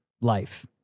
life